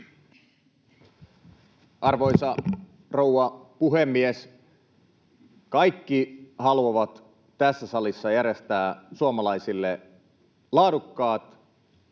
Arvoisa rouva puhemies! Kaikki haluavat tässä salissa järjestää suomalaisille laadukkaat,